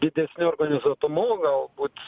didesniu organizuotumu galbūt